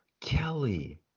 Kelly